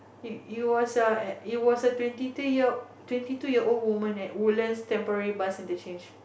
it it was a at it was a twenty two twenty two year old woman at Woodlands Temporary Bus Interchange